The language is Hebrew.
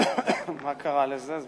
מה קרה לזה?